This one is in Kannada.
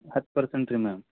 ಹತ್ತು ಪರ್ಸೆಂಟ್ ರೀ ಮ್ಯಾಮ್